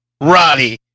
Roddy